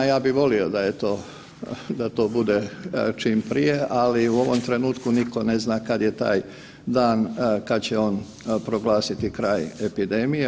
Ja bi volio da je, da to bude čim prije, ali u ovom trenutku nitko ne zna kad je taj dan, kad će on proglasiti kraj epidemije.